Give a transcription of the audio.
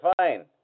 fine